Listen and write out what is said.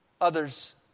...others